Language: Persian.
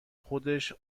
خودش